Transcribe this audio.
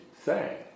say